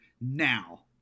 now